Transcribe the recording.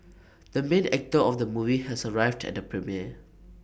the main actor of the movie has arrived at the premiere